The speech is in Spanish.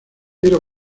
era